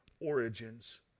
origins